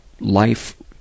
life